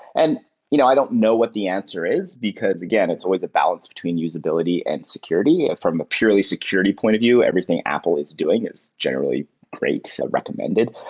and you know i don't know what the answer is, because again, it's always a balance between usability and security. from a purely security point of view, everything apple is doing, it's generally great, recommended.